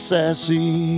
sassy